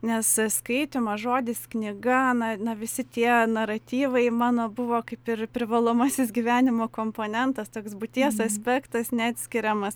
nes skaitymas žodis knyga na na visi tie naratyvai mano buvo kaip ir privalomasis gyvenimo komponentas toks būties aspektas neatskiriamas